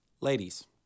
Ladies